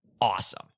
Awesome